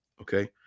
Okay